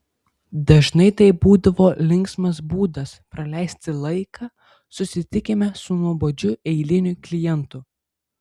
dažnai tai būdavo linksmas būdas praleisti laiką susitikime su nuobodžiu eiliniu klientu